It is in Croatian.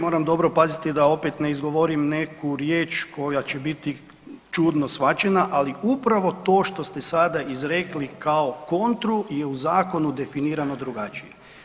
Moram dobro paziti da opet ne izgovorim neku riječ koja će biti čudno shvaćena, ali upravo to što ste sada izrekli kao kontru je u zakonu definirano drugačije.